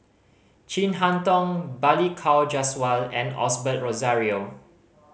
Chin Harn Tong Balli Kaur Jaswal and Osbert Rozario